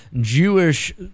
Jewish